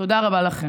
תודה רבה לכם.